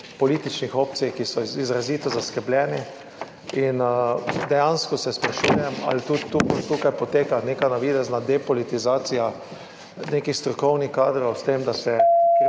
političnih opcij, ki so izrazito zaskrbljeni. Dejansko se sprašujem, ali tudi tukaj poteka neka navidezna depolitizacija nekih strokovnih kadrov s tem, da se krepijo